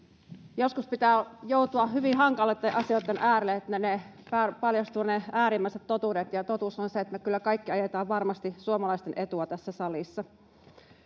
Joskus pitää joutua hyvin hankalien asioitten äärelle, että paljastuvat ne äärimmäiset totuudet, ja totuus on se, että me kyllä kaikki ajetaan varmasti suomalaisten etua tässä salissa.